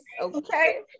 Okay